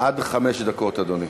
עד חמש דקות, אדוני.